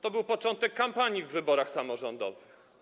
To był początek kampanii w wyborach samorządowych.